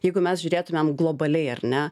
jeigu mes žiūrėtumėm globaliai ar ne